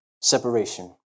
Separation